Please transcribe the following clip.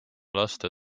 laste